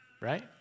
right